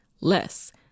less